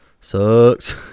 Sucks